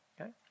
Okay